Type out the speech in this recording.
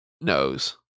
knows